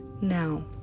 now